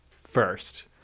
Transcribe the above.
First